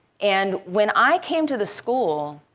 and when i came to the school,